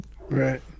Right